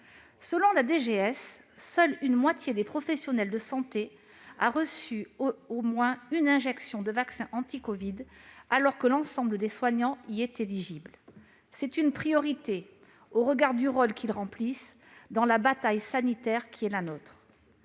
santé (DGS), seule une moitié des professionnels de santé a reçu au moins une injection de vaccin anti-covid, alors que l'ensemble des soignants y est éligible. C'est une priorité au regard du rôle qu'ils remplissent dans la bataille sanitaire qui est la nôtre.